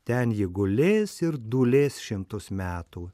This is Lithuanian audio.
ten ji gulės ir dūlės šimtus metų